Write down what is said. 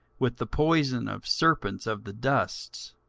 with the poison of serpents of the dust.